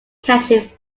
catching